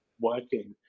working